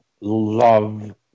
love